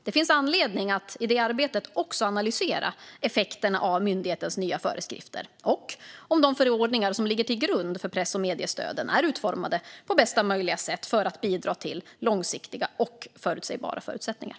Det finns anledning att i det arbetet också analysera effekterna av myndighetens nya föreskrifter och om de förordningar som ligger till grund för press och mediestöden är utformade på bästa möjliga sätt för att bidra till långsiktiga och förutsägbara förutsättningar.